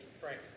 Frank